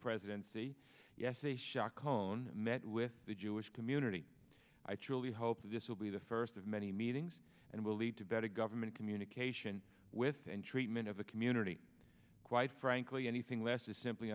presidency yes a shock hone met with the jewish community i truly hope that this will be the first of many meetings and will lead to better government communication with and treatment of the community quite frankly anything less is simply